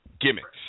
Gimmicks